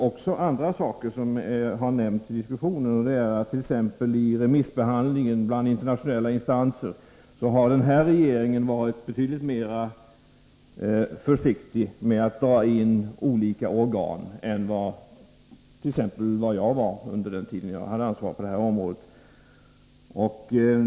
Också andra saker har nämligen tagits upp i diskussionen. I remissbehandlingen har denna regering jämfört med internationella instanser varit betydligt försiktigare med att dra in olika organ än vad jag var under den tid då jag hade ansvaret på detta område.